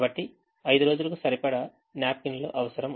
కాబట్టి 5 రోజులుకు సరిపడా న్యాప్కిన్ల అవసరం